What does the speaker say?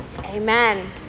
Amen